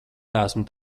neesmu